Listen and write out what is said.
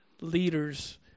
leaders